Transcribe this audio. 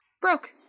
broke